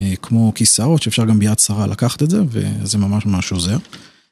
כמו כיסאות שאפשר גם ביד שרה לקחת את זה וזה ממש ממש עוזר.